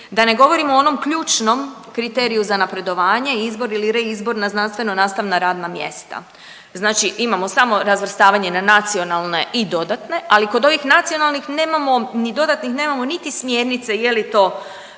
da ne govorim o onom ključnom kriteriju za napredovanje, izbor ili reizbor na znanstveno-nastavna radna mjesta. Znači imamo samo razvrstavanje na nacionalne i dodatne, ali kod ovih nacionalnih, nemamo ni dodatnih nemamo niti smjernice je li to